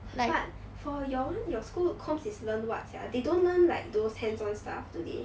but for your one your school comms is learn what sia they don't learn like those hands on stuff do they